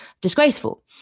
Disgraceful